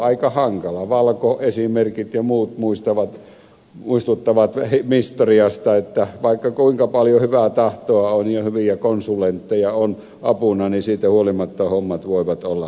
valco esimerkit ja muut muistuttavat historiasta että vaikka kuinka paljon hyvää tahtoa on ja hyviä konsulentteja apuna niin siitä huolimatta hommat voivat olla hankalia toteuttaa